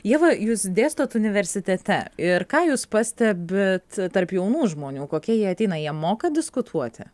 ieva jūs dėstot universitete ir ką jūs pastebit tarp jaunų žmonių kokie jie ateina jie moka diskutuoti